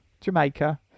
jamaica